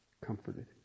comforted